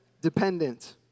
dependent